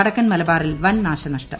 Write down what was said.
വടക്കൻ മലബാറിൽ വൻ ന്റൂശനഷ്ടം